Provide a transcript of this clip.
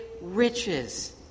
riches